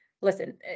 listen